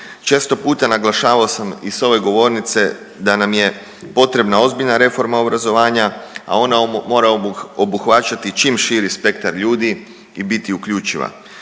Često puta naglašavao sam i s ove govornice da nam je potrebna ozbiljna reforma obrazovanja, a ona mora obuhvaćati čim širi spektar ljudi i biti uključiva